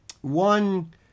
One